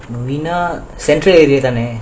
novena central area தானே:dhanae